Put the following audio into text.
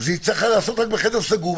זה יצטרך להיעשות רק בחדר סגור,